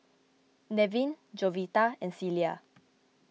Nevin Jovita and Celia